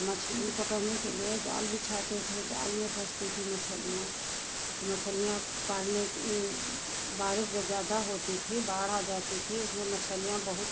मछली पकड़ने के लिए जाल बिछाते थे जाल में फँसती थीं मछलियाँ मछलियाँ पालने के लिए बारिश जब ज़्यादा होती थी बाढ़ आ जाती थी उसमें मछलियाँ बहुत